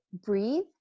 breathe